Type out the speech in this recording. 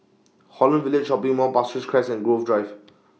Holland Village Shopping Mall Pasir Ris Crest and Grove Drive